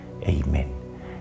Amen